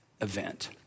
event